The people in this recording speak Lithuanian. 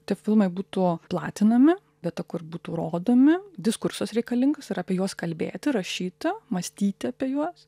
tie filmai būtų platinami vieta kur būtų rodomi diskursas reikalingas ir apie juos kalbėti rašyti mąstyti apie juos